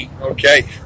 okay